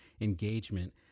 engagement